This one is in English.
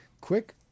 quick